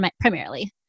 primarily